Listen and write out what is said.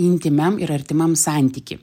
intymiam ir artimam santyky